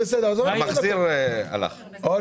שהכסף הזה הוא ספציפית לשיקום ושחזור אתר ההיאחזות הישנה בעין גדי.